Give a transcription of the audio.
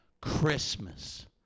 Christmas